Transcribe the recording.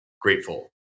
grateful